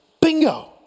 Bingo